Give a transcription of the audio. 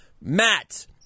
Matt